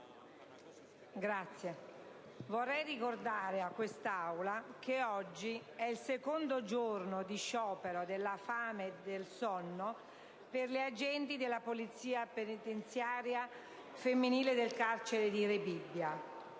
*(IdV)*. Vorrei ricordare all'Assemblea che oggi è il secondo giorno di sciopero della fame e del sonno delle agenti della polizia penitenziaria femminile del carcere di Rebibbia;